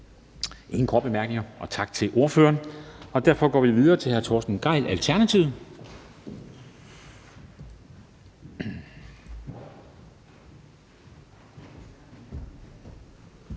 korte bemærkninger. Tak til ordføreren. Så går vi videre til hr. Torsten Gejl, Alternativet.